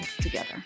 together